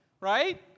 right